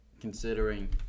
considering